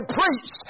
preach